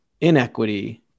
inequity